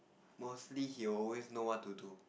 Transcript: mostly he will always know what to do